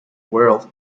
world